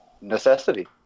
necessity